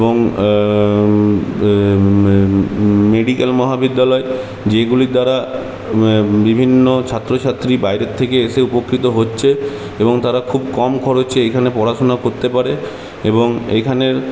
এবং মেডিক্যাল মহাবিদ্যালয় যেগুলির দ্বারা বিভিন্ন ছাত্রছাত্রী বাইরের থেকে এসে উপকৃত হচ্ছে এবং তারা খুব কম খরচে এখানে পড়াশোনা করতে পারে এবং এইখানের